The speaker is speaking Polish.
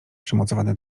przymocowane